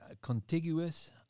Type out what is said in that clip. contiguous